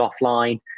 offline